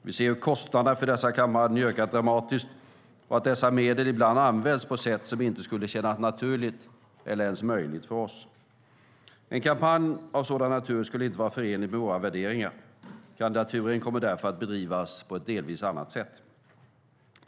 Vi ser hur kostnaderna för dessa kampanjer har ökat dramatiskt och att dessa medel ibland använts på sätt som inte skulle kännas naturligt eller ens möjligt för oss. En kampanj av sådan natur skulle inte vara förenlig med våra värderingar. Kandidaturen kommer därför att bedrivas på ett delvis annat sätt.